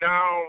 Now